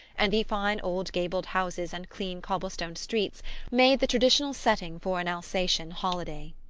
and the fine old gabled houses and clean cobblestone streets made the traditional setting for an alsacian holiday.